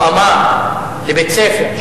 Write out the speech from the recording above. הוא אמר זאת בבית-ספר,